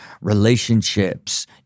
Relationships